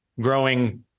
growing